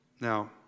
Now